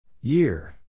Year